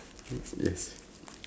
antics yes